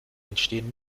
entstehen